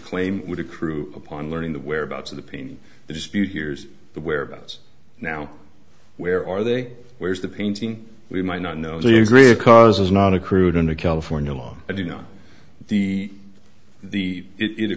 claim would accrue upon learning the whereabouts of the pain the dispute hears the whereabouts now where are they where is the painting we might not know their great cause is not accrued under california law and you know the the it